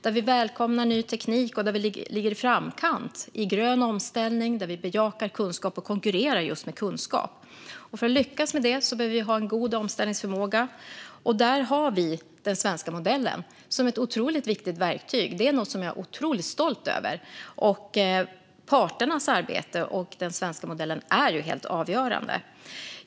Vi ska välkomna ny teknik och ligga i framkant i den gröna omställningen. Vi ska bejaka kunskap och konkurrera just med kunskap. För att lyckas med detta behöver vi ha en god omställningsförmåga. Där har vi den svenska modellen som ett otroligt viktigt verktyg. Detta är något som jag är otroligt stolt över. Parternas arbete och den svenska modellen är helt avgörande.